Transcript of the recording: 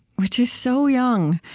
which is so young.